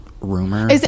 rumor